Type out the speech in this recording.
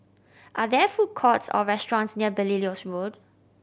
are there food courts or restaurants near Belilios Road